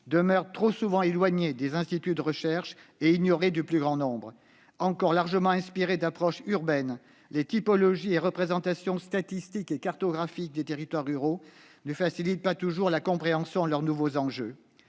demeurent trop souvent éloignés des instituts de recherche et ignorés du plus grand nombre. Encore largement inspirées d'approches urbaines, les typologies et représentations statistiques et cartographiques des territoires ruraux ne facilitent pas toujours la compréhension des nouveaux enjeux